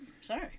Sorry